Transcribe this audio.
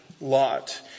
Lot